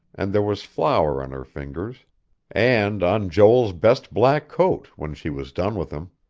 and there was flour on her fingers and on joel's best black coat, when she was done with him.